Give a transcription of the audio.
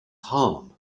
harm